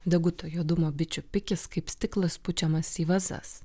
deguto juodumo bičių pikis kaip stiklas pučiamas į vazas